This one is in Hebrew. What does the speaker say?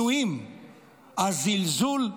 הכינויים, הזלזול,